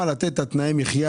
לתת שם תנאי מחיה